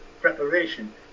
preparation